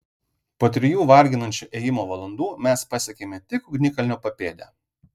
po trijų varginančio ėjimo valandų mes pasiekėme tik ugnikalnio papėdę